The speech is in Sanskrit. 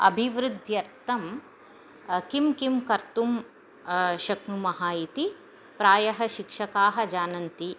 अभिवृध्यर्थं किं किं कर्तुं शक्नुमः इति प्रायः शिक्षकाः जानन्ति